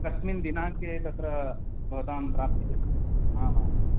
कस्मिन् दिनाङ्के तत्र भवतां प्राप्तिः आम् आम्